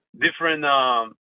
different